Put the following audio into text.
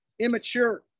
immature